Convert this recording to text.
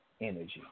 energy